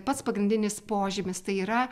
pats pagrindinis požymis tai yra